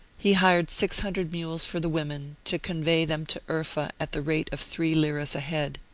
he hired six hundred mules for the women, to convey them to urfa, at the rate of three liras a head.